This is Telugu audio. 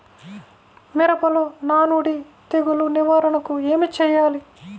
మిరపలో నానుడి తెగులు నివారణకు ఏమి చేయాలి?